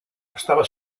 estava